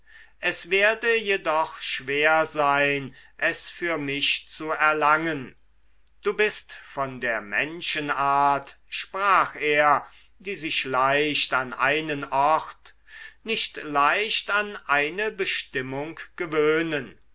es werde jedoch schwer sein es für mich zu erlangen du bist von der menschenart sprach er die sich leicht an einen ort nicht leicht an eine bestimmung gewöhnen